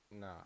Nah